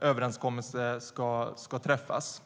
överenskommelse ska träffas.